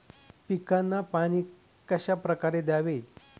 पिकांना पाणी कशाप्रकारे द्यावे?